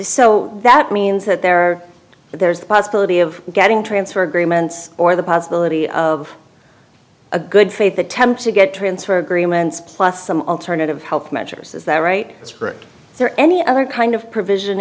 so that means that there there's the possibility of getting transfer agreements or the possibility of a good faith attempt to get transfer agreements plus some alternative health measures is that right it's pretty there any other kind of provision